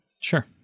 Sure